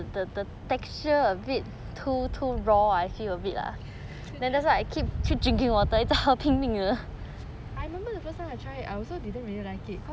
ya I remember the first time I try it I didn't really like it cause